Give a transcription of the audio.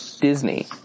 Disney